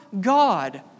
God